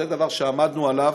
זה דבר שעמדנו עליו,